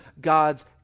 God's